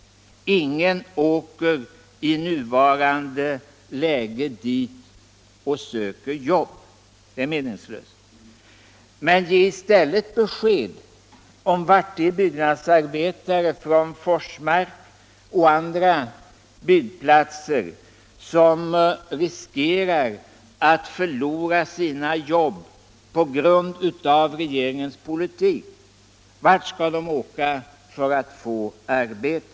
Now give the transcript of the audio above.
Ingen far i nuvarande läge dit och söker jobb. Det är meningslöst. Ge i stället besked till byggnadsarbetarna från Forsmark och andra byggplatser, som riskerar att förlora sina jobb på grund av regeringens politik, om vart de skall åka för att få arbete!